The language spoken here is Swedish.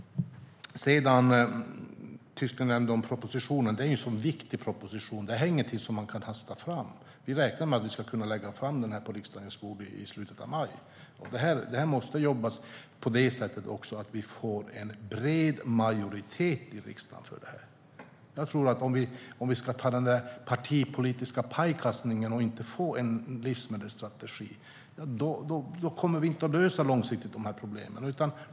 Tysklind nämnde propositionen. Det här är en viktig proposition och ingenting som man kan hasta fram. Vi räknar med att vi ska kunna lägga fram den på riksdagens bord i slutet av maj. Vi måste jobba med det här på så sätt att vi får en bred majoritet i riksdagen för det. Om vi ägnar oss åt partipolitisk pajkastning och inte får en livsmedelsstrategi kommer vi inte att lösa det här problemen långsiktigt.